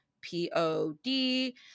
p-o-d